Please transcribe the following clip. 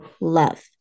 love